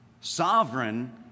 sovereign